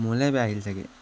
মোলৈ বেয়া আহিল চাগে